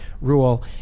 rule